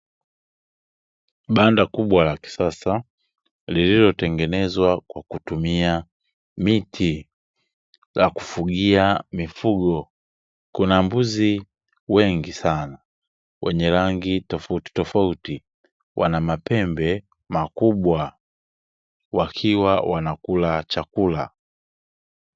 Banda kubwa la kisasa lililotengenezwa kwa kutumia miti la kufugia mifugo; kuna mbuzi wengi sana wenye rangi tofautitofauti, wana mapembe makubwa, wakiwa wanakula chakula.